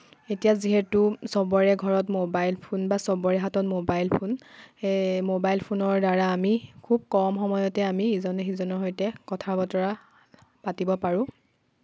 এতিয়া যিহেতু সবৰে ঘৰত মোবাইল ফোন বা সবৰে হাতত মোবাইল ফোন সেই মোবাইল ফোনৰ দ্বাৰা আমি খুব কম সময়তে আমি ইজনে সিজনৰ সৈতে কথা বতৰা পাতিব পাৰোঁ